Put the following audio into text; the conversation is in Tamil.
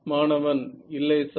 மாணவன் இல்லை சார்